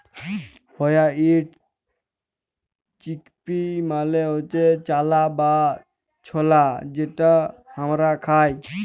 white chickpea মালে হচ্যে চালা বা ছলা যেটা হামরা খাই